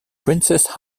princes